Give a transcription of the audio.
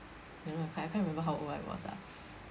don't know I can't I can't remember how old I was lah